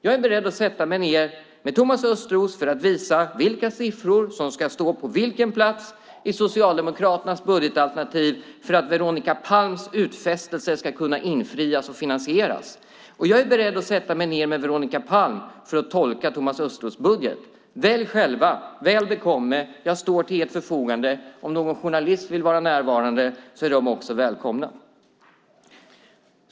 Jag är beredd att sätta mig ned med Thomas Östros för att visa vilka siffror som ska stå på vilken plats i Socialdemokraternas budgetalternativ för att Veronica Palms utfästelser ska kunna infrias och finansieras. Och jag är beredd att sätta mig ned med Veronica Palm för att tolka Thomas Östros budget. Välj själva! Väl bekomme! Jag står till ert förfogande. Om någon journalist vill vara närvarande är han eller hon också välkommen.